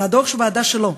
מדוח הוועדה שלו,